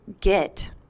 get